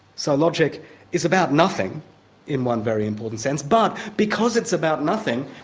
so logic is about nothing in one very important sense, but because it's about nothing,